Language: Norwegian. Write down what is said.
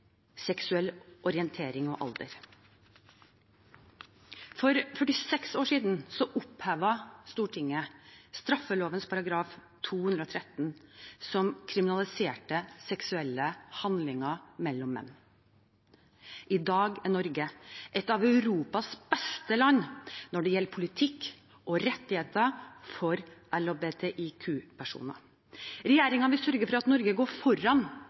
seksuell orientering og alder. For 46 år siden opphevet Stortinget straffeloven § 213 som kriminaliserte seksuelle handlinger mellom menn. I dag er Norge et av Europas beste land når det gjelder politikk og rettigheter for LHBTIQ-personer. Regjeringen vil sørge for at Norge går foran